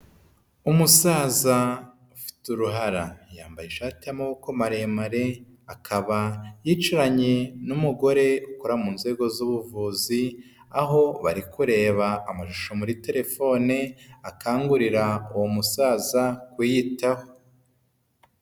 Umusaza ufite uruhara, yambaye ishati y'amaboko maremare, akaba yicaranye n'umugore ukora mu nzego z'ubuvuzi, aho bari kureba amashusho muri telefone, akangurira uwo musaza kwiyitaho.